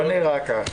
לא נראה כך.